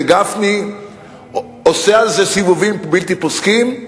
וגפני עושה על זה סיבובים בלתי פוסקים: